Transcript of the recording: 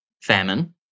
Famine